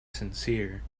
sincere